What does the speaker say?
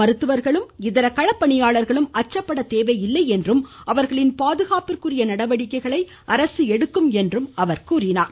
மருத்துவர்களும் இதர களப்பணியாளர்களும் அச்சப்பட தேவையில்லை என்றும் அவர்களின் பாதுகாப்பிற்குரிய நடவடிக்கைகளை அரசு எடுக்கும் என்றும் முதலமைச்சர் கூறினார்